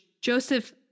Joseph